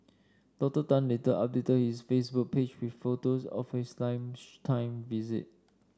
Doctor Tan later updated his Facebook page with photos of his lunchtime visit